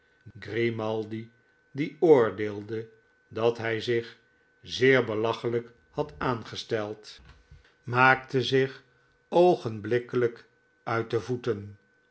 grimaldi die oordeelde dat hy zich zeer belachelyk had aangesteld jozef grimaldi maakte zich oogenblikkelijk uit de voeten